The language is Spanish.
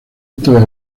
estos